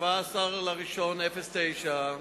17 בינואר 2009,